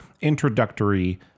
introductory